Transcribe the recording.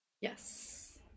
Yes